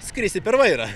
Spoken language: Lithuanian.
skrisi per vairą